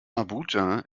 abuja